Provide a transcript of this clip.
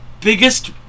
biggest